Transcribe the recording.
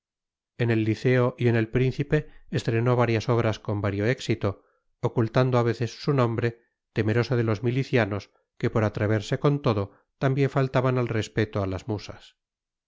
en el liceo y en el príncipe estrenó varias obras con vario éxito ocultando a veces su nombre temeroso de los milicianos que por atreverse con todo también faltaban al respeto a las musas